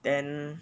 then